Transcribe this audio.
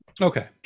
Okay